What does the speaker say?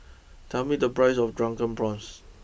tell me the price of Drunken Prawns